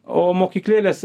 o mokyklėlės